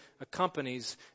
accompanies